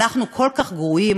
אנחנו כל כך גרועים.